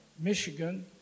Michigan